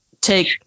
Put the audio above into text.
take